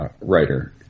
writer